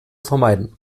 vermeiden